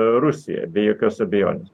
rusiją be jokios abejonės